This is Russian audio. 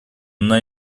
она